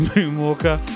Moonwalker